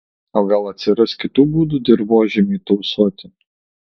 o gal atsiras kitų būdų dirvožemiui tausoti